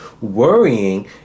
Worrying